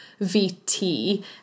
vt